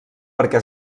perquè